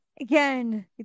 again